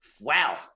wow